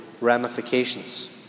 ramifications